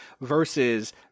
versus